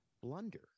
blunder